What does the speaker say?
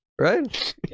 Right